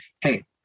hey